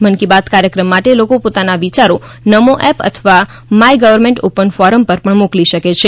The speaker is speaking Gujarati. મન કી બાત કાર્યક્રમ માટે લોકો પોતાના વિચારો નમો એપ અથવા માય ગોવ ઓપન ફોરમ પર પણ મોકલી શકે છે